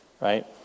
right